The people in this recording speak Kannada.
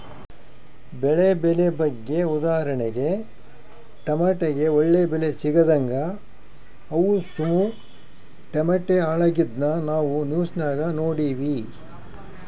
ಬೆಳೆ ಬೆಲೆ ಬಗ್ಗೆ ಉದಾಹರಣೆಗೆ ಟಮಟೆಗೆ ಒಳ್ಳೆ ಬೆಲೆ ಸಿಗದಂಗ ಅವುಸು ಟಮಟೆ ಹಾಳಾಗಿದ್ನ ನಾವು ನ್ಯೂಸ್ನಾಗ ನೋಡಿವಿ